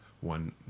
one